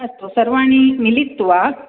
अस्तु सर्वाणि मिलित्वा